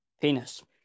penis